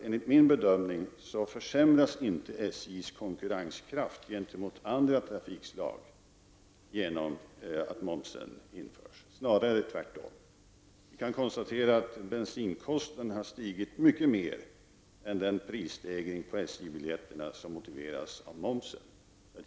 Enligt min bedömning försämras inte SJ:s konkurrenskraft gentemot andra trafikslag på grund av att momsen införs, snarare tvärtom. Bensinkostnaderna har stigit mycket mera än den prisstegring på SJ:s biljetter som är motiverad av momsen.